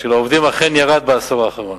השכר הריאלי של העובדים אכן ירד בעשור האחרון.